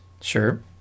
sure